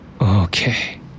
Okay